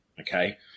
okay